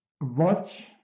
watch